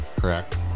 Correct